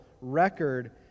record